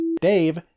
Dave